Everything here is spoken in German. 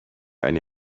eine